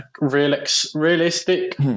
realistic